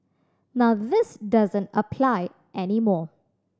now this doesn't apply any more